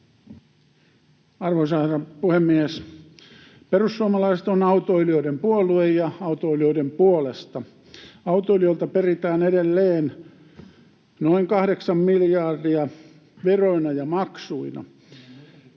Arvoisa herra puhemies! Perussuomalaiset on autoilijoiden puolue ja autoilijoiden puolesta. Autoilijoilta peritään edelleen noin kahdeksan miljardia veroina ja maksuina.